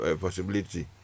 possibility